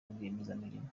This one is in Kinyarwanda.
rwiyemezamirimo